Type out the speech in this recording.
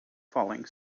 falling